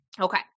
Okay